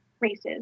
races